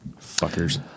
Fuckers